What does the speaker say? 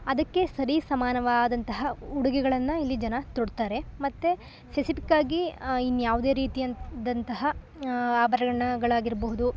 ಅದಕ್ಕೆ ಸರಿ ಸಮಾನವಾದಂತಹ ಉಡುಗೆಗಳನ್ನು ಇಲ್ಲಿ ಜನ ತೊಡ್ತಾರೆ ಮತ್ತೆ ಫೆಸಿಪಿಕ್ಕಾಗಿ ಇನ್ನು ಯಾವುದೇ ರೀತಿಯಂತೆ ದಂತಹ ಆಭರಣಗಳಾಗಿರಬಹುದು